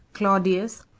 claudius,